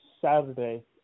Saturday